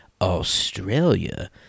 Australia